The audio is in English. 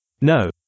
No